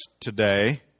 today